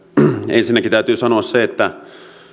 ensinnäkin täytyy sanoa se että